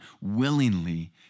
willingly